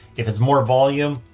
if it's more volume,